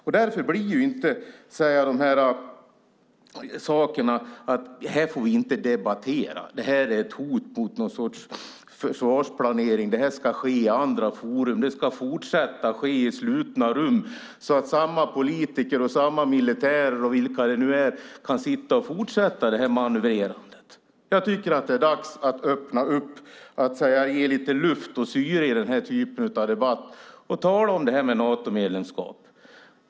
Då uppkommer inte diskussioner om att vi inte får debattera frågan, att det skulle vara någon sorts hot mot försvarsplaneringen, att det ska ske i andra forum och i slutna rum, att samma politiker och samma militärer, och vilka det nu är, fortsätter med manövrerandet. Jag tycker att det är dags att ge lite syre till den typen av debatter och också tala om Natomedlemskapet.